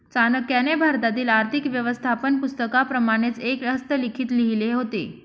चाणक्याने भारतातील आर्थिक व्यवस्थापन पुस्तकाप्रमाणेच एक हस्तलिखित लिहिले होते